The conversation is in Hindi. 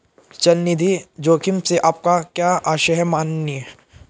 चल निधि जोखिम से आपका क्या आशय है, माननीय?